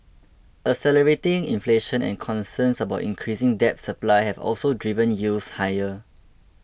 accelerating inflation and concerns about increasing debt supply have also driven yields higher